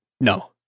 no